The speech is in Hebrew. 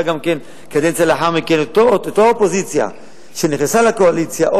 גם כן קדנציה לאחר מכן את אותה אופוזיציה שנכנסה לקואליציה,